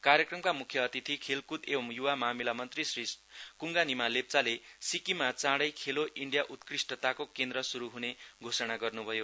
कार्यक्रमका मुख्य अतिथि खेलकुद एंव युवा मामिला मन्त्री श्री कुङगा निमा लेप्चाले सिक्किममा चाडै खेलो इण्डिया उत्कृष्टताको केन्द्र शुरु हुने घोषण गर्नुभयो